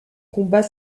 combat